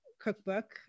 cookbook